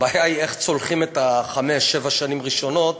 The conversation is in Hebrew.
הבעיה היא איך צולחים את חמש-שבע השנים הראשונות.